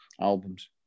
albums